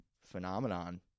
phenomenon